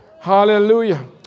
Hallelujah